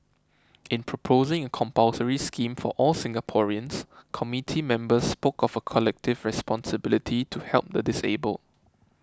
in proposing a compulsory scheme for all Singaporeans committee members spoke of a collective responsibility to help the disabled